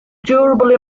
durable